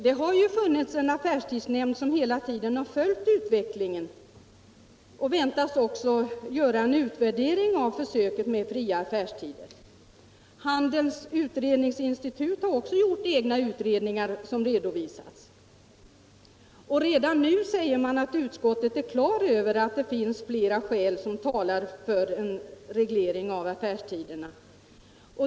Det har ju funnits en affärstidsnämnd som hela tiden har följt utvecklingen och som väntas göra en utvärdering av försöket med fria affärstider. Handelns utredningsinstitut har också gjort egna utredningar som redovisats. Utskottet säger att man redan nu är klar över att det finns flera skäl som talar för en reglering av affärstiderna.